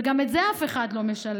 וגם את זה אף אחד לא משלם.